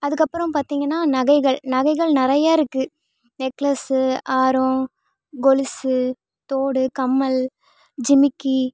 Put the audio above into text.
அதுக்கப்புறம் பார்த்திங்கன்னா நகைகள் நகைகள் நிறைய இருக்குது நெக்லஸ்ஸு ஆரம் கொலுசு தோடு கம்மல் ஜிமிக்கி